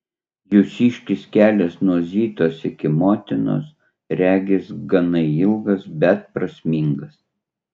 jūsiškis kelias nuo zitos iki motinos regis gana ilgas bet prasmingas